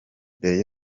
mbere